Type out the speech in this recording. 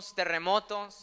terremotos